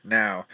now